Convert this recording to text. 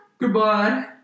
goodbye